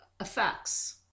effects